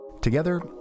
Together